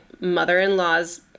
mother-in-law's